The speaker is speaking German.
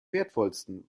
wertvollsten